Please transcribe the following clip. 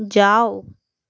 जाओ